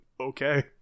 okay